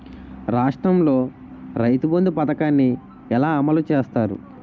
రాష్ట్రంలో రైతుబంధు పథకాన్ని ఎలా అమలు చేస్తారు?